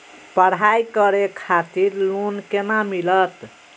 पढ़ाई करे खातिर लोन केना मिलत?